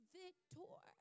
victor